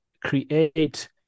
create